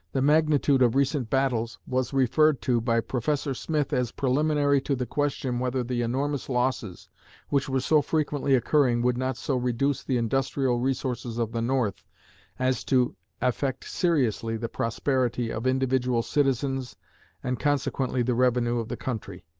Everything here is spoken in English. the magnitude of recent battles was referred to by professor smith as preliminary to the question whether the enormous losses which were so frequently occurring would not so reduce the industrial resources of the north as to affect seriously the prosperity of individual citizens and consequently the revenue of the country.